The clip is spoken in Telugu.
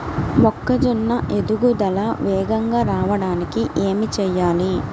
మొక్కజోన్న ఎదుగుదల వేగంగా రావడానికి ఏమి చెయ్యాలి?